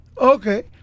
Okay